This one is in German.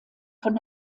von